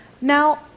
Now